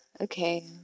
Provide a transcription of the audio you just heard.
okay